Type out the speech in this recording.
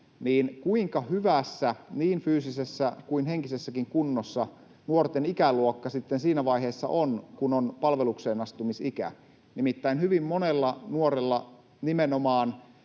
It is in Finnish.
niin kuinka hyvässä niin fyysisessä kuin henkisessäkin kunnossa nuorten ikäluokka sitten siinä vaiheessa on, kun on palvelukseenastumisikä. Nimittäin hyvin monella nuorella nimenomaan